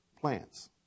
plants